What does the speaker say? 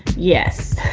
yes.